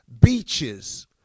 beaches